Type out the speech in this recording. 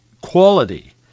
quality